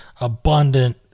abundant